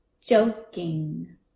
joking